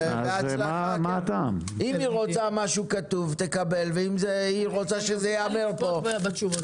היא תוכל לקבל זאת בצורה כתובה.